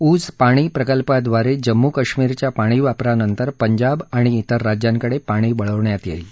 ऊझ पाणी प्रकल्पाद्वारे जम्मू कश्मीरच्या पाणी वापरानंतर पंजाब आणि तिर राज्यांकडे पाणी वळवण्यात येईल